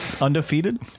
undefeated